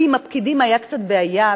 כי עם הפקידים היתה קצת בעיה,